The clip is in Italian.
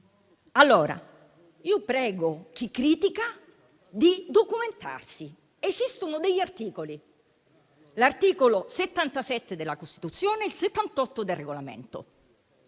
regolamenti. Prego chi critica di documentarsi. Esistono degli articoli: l'articolo 77 della Costituzione e il 78 del Regolamento.